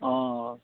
অঁ অঁ